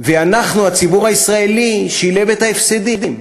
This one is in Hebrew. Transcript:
ואנחנו, הציבור הישראלי, שילם את ההפסדים.